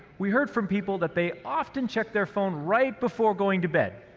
we heard from people that they often check their phone right before going to bed,